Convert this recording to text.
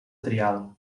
trial